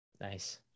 nice